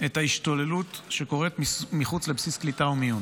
את ההשתוללות שקורית מחוץ לבסיס קליטה ומיון